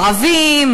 ערבים,